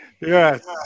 Yes